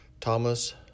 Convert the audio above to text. Thomas